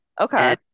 Okay